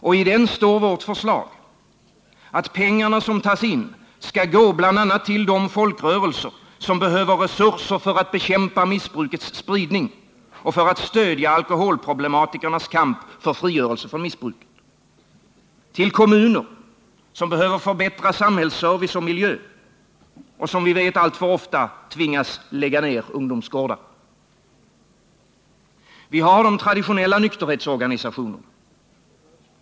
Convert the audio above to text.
I den står vårt förslag, att pengarna som tas in skall gå bl.a. till de folkrörelser som behöver resurser för att bekämpa missbrukets spridning och för att stödja alkoholproblematikernas kamp för frigörelse från missbruket och till kommuner som behöver förbättra samhällsservice och miljö och som vi vet alltför ofta tvingas lägga ned ungdomsgårdar. Vi har de traditionella nykterhetsorganisationerna.